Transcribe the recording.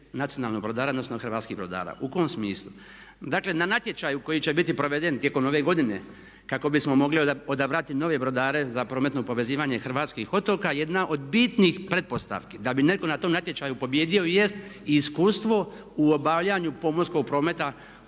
nacionalnog brodara odnosno hrvatskih brodara. U kom smislu? Dakle na natječaju koji će biti proveden tijekom ove godine kako bismo mogli odabrati nove brodare za prometno povezivanje hrvatskih otoka. Jedna od bitnih pretpostavki da bi netko na tom natječaju pobijedio jest iskustvo u obavljanju pomorskog prometa